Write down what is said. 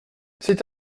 cet